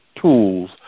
tools